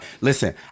Listen